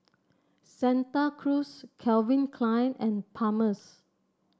Santa Cruz Calvin Klein and Palmer's